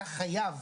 אתה חייב